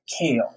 Kale